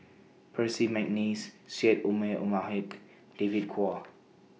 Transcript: Percy Mcneice Syed Omar David Kwo